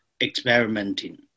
experimenting